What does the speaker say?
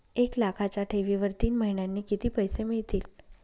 एक लाखाच्या ठेवीवर तीन महिन्यांनी किती पैसे मिळतील?